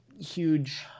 huge